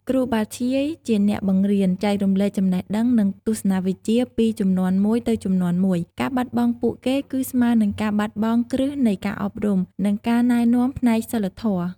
គ្រូបាធ្យាយ ជាអ្នកបង្រៀន ចែករំលែកចំណេះដឹង និងទស្សនវិជ្ជាពីជំនាន់មួយទៅជំនាន់មួយ ការបាត់បង់ពួកគេគឺស្មើនឹងការបាត់បង់គ្រឹះនៃការអប់រំ និងការណែនាំផ្នែកសីលធម៌។